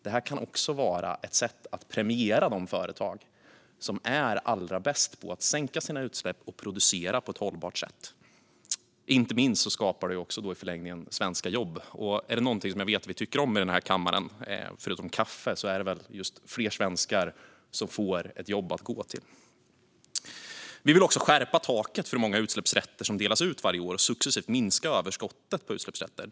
Det här kan också vara ett sätt att premiera de företag som är allra bäst på att sänka sina utsläpp och producera på ett hållbart sätt. Inte minst skapar detta i förlängningen svenska jobb. Är det något vi tycker om i kammaren, förutom kaffe, är det väl just fler svenskar som får ett jobb att gå till. Vi vill också skärpa taket för hur många utsläppsrätter som delas ut varje år och successivt minska överskottet på utsläppsrätter.